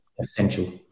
essential